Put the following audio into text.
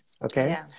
Okay